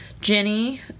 Jenny